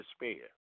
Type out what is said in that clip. despair